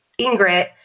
Ingrid